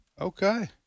okay